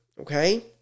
okay